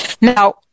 Now